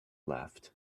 left